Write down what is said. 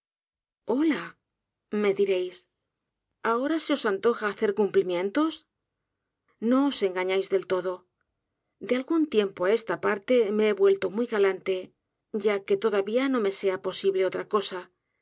hola me direís ahora se os antoja hacer cmnpíí mientos no os engañáis del todo de algún tiempo á esta parte me he vuelto muy ga'ante ya que todavía qo me sea posible otra cosa